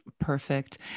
Perfect